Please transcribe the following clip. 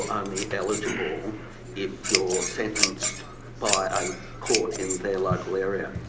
only eligible if you're sentenced by a court in their local area.